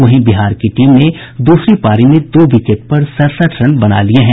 वहीं बिहार की टीम ने द्रसरी पारी में दो विकेट पर सड़सठ रन बना लिये हैं